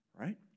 right